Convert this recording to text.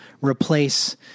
replace